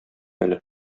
әле